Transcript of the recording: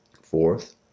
Fourth